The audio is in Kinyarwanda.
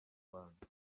rwanda